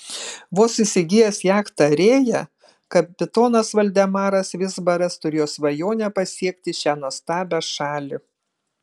vos įsigijęs jachtą rėja kapitonas valdemaras vizbaras turėjo svajonę pasiekti šią nuostabią šalį